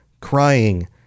crying